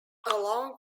along